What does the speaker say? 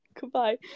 Goodbye